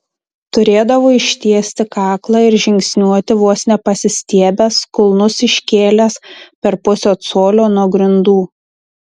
turėdavo ištiesti kaklą ir žingsniuoti vos ne pasistiebęs kulnus iškėlęs per pusę colio nuo grindų